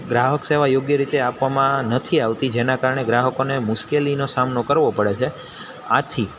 ગ્રાહક સેવા યોગ્ય રીતે આપવામાં નથી આવતી જેના કારણે ગ્રાહકોને મુશ્કેલીનો સામનો કરવો પડે છે આથી